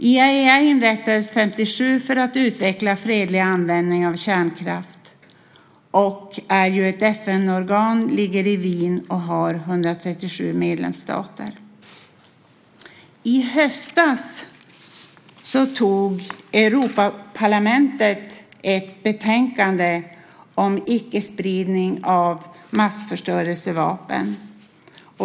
IAEA inrättades 1957 för att utveckla fredlig användning av kärnkraft. Det är ett FN-organ, ligger i Wien och har 137 medlemsstater. I höstas antog Europaparlamentet ett betänkande om icke-spridning av massförstörelsevapen.